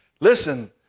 Listen